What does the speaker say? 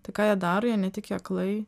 tai ką jie daro jie netiki aklai